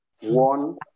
One